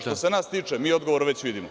Što se nas tiče, mi odgovore već vidimo.